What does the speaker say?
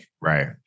Right